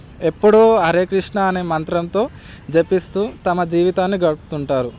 ఎప్పుడూ హరే కృష్ణ అనే మంత్రంతో జపిస్తూ తమ జీవితాన్ని గడుపుతుంటారు